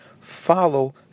follow